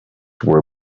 were